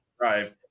Right